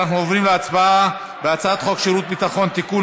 אנחנו עוברים להצבעה על הצעת חוק שירות ביטחון (תיקון,